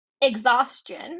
exhaustion